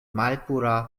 malpura